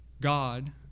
God